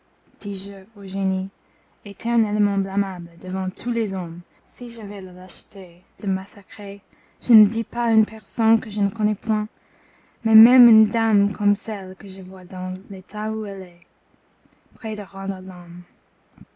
au génie éternellement blâmable devant tous les hommes si j'avais la lâcheté de massacrer je ne dis pas une personne que je ne connais point mais même une dame comme celle que je vois dans l'état où elle est près de